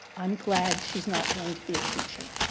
i'm glad she's not going to be a teacher,